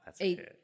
eight